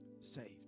saved